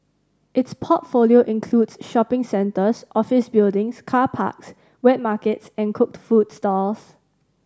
its portfolio includes shopping centres office buildings car parks wet markets and cooked food stalls